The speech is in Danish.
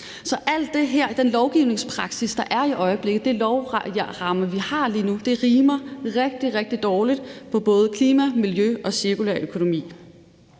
Så al den her lovgivningspraksis, der er i øjeblikket, den lovramme, vi har lige nu, rimer rigtig, rigtig dårligt på både klima, miljø og cirkulær økonomi.